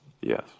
Yes